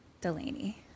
Delaney